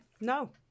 no